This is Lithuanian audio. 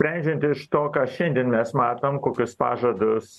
sprendžiant iš to ką šiandien mes matom kokius pažadus